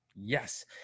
Yes